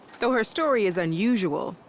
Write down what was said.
though her story is unusual,